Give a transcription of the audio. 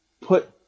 put